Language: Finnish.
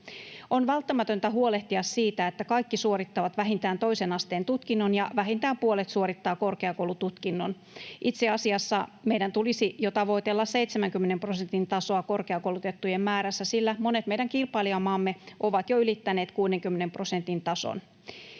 On välttämätöntä huolehtia siitä, että kaikki suorittavat vähintään toisen asteen tutkinnon ja vähintään puolet suorittaa korkeakoulututkinnon. Itse asiassa meidän tulisi jo tavoitella 70 prosentin tasoa korkeakoulutettujen määrässä, sillä monet meidän kilpailijamaistamme ovat jo ylittäneet 60 prosentin tason.